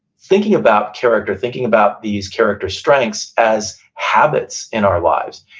thinking about character, thinking about these character strengths as habits in our lives,